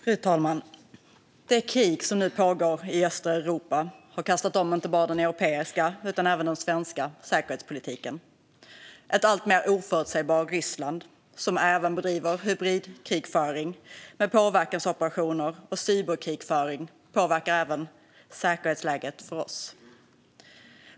Fru talman! Det krig som nu pågår i östra Europa har kastat om inte bara den europeiska utan även den svenska säkerhetspolitiken. Ett alltmer oförutsägbart Ryssland som även bedriver hybridkrigföring med påverkansoperationer och cyberkrigföring påverkar även säkerhetsläget för oss.